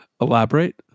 Elaborate